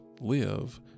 live